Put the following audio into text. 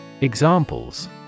Examples